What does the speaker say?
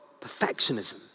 perfectionism